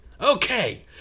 Okay